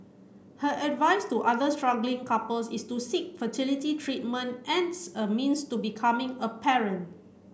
her advice to other struggling couples is to seek fertility treatment as a means to becoming a parent